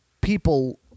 people